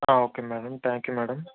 okay madam thank you madam